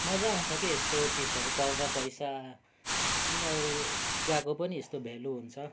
मजा आउँछ के यस्तो चिजहरू पाउँदा पैसा गएको पनि यस्तो भ्यालु हुन्छ